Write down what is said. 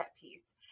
piece